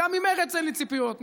גם חצי מהמנדטים שיש לכם לא תקבלו.